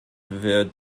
wird